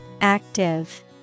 Active